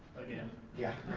again. yeah.